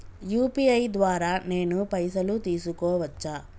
UPI ద్వారా నేను పైసలు తీసుకోవచ్చా?